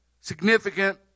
significant